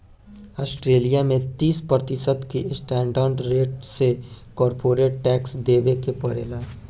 Australia में तीस प्रतिशत के स्टैंडर्ड रेट से कॉरपोरेट टैक्स देबे के पड़ेला